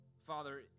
Father